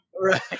Right